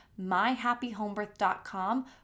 myhappyhomebirth.com